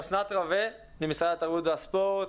אסנת רווה ממשרד התרבות והספורט,